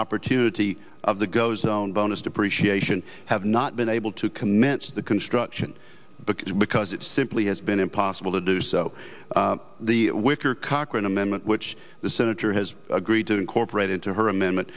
opportunity of the go zone bonus depreciation have not been able to commence the construction because it simply has been impossible to do so the wicker cochran amendment which the senator has agreed to incorporate into her amendment